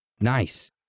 Nice